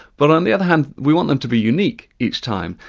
but on the other hand, we want them to be unique each time.